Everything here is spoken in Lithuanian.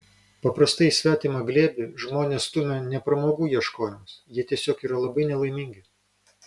paprastai į svetimą glėbį žmones stumia ne pramogų ieškojimas jie tiesiog yra labai nelaimingi